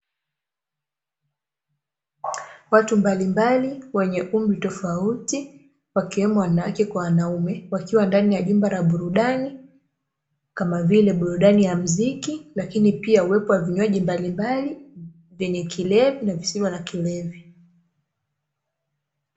Watu mbalimbali wenye umri tofauti, wakiwemo wanawake kwa wanaume, wakiwa ndani ya jumba la burudani, kama vile burudani ya muziki, akini pia uwepo wa vinywaji mbalimbali, vyenye kilevi na visivyo na kilevi.